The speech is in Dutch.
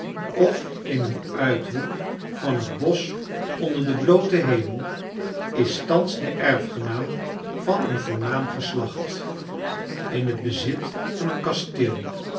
of in een uithoek van het bosch onder den blooten hemel is thans de erfgenaam van een voornaam geslacht in het bezit van een kasteel